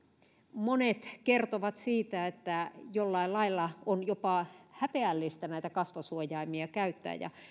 monet kertovat siitä että jollain lailla on jopa häpeällistä kasvosuojaimia käyttää ja